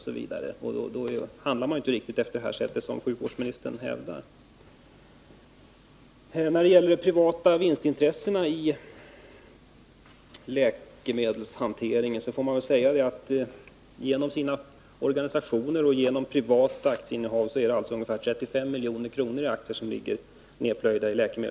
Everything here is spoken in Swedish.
Då handlar man ju inte riktigt som sjukvårdsministern hävdar att man skall göra. När det gäller de privata vinstintressena inom läkemedelshanteringen kan man väl säga att ungefär 35 milj.kr. i aktier är nedplöjda i läkemedelsindustrin genom organisationers och privatpersoners innehav.